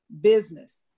business